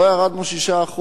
לא ירדנו 6%,